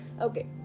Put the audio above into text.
okay